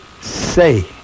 say